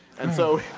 and so,